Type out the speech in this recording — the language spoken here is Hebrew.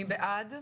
מי בעד?